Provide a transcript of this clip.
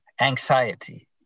anxiety